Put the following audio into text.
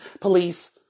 police